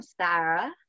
Sarah